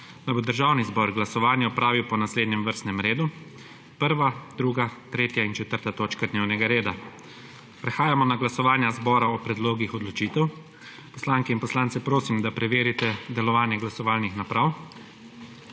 da bo Državni zbor glasovanje opravil po naslednjem vrstnem redu: 1., 2. 3. in 4. točka dnevnega reda. Prehajamo na glasovanje zbora o predlogih odločitev. Poslanke in poslance prosim, da preverite delovanje glasovalnih naprav.